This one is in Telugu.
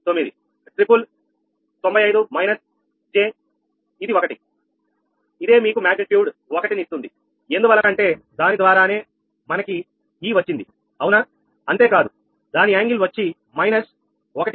9 త్రిపుల్ 95 మైనస్ j ఇది ఒకటి ఇదే మీకు మ్యాగ్నెట్యూడ్ ఒకటి నీ ఇస్తుంది ఎందువలన అంటే దాని ద్వారానే మనకి ఈ వచ్చింది అవునా అంతే కాదు దాని కోణం వచ్చి మైనస్ 1